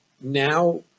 Now